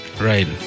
Right